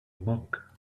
monk